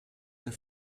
der